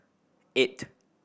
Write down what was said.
eight